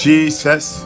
Jesus